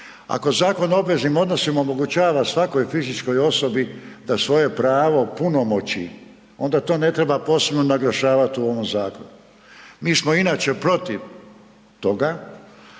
Ako Zakon o obveznim odnosima omogućava svakoj fizičkoj osobi da svoje pravo punomoći, onda to ne treba posebno naglašavati u ovom zakonu. Mi smo inače protiv toga,